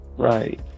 Right